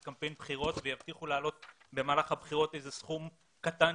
בקמפיין בחירות ויבטיחו במהלך הבחירות להעלות מספר קטן,